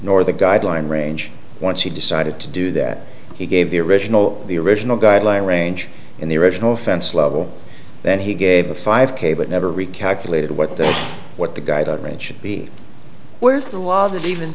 nor the guideline range once he decided to do that he gave the original the original guideline range in the original offense level then he gave a five k but never recalculated what the what the guy that ran should be where's the law that even